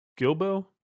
Gilbo